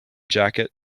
jacket